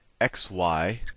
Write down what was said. xy